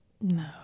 No